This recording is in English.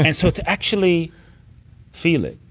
and so to actually feel it,